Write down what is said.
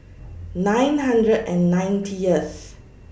nine hundred and ninetieth